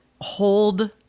hold